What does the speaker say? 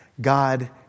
God